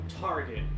target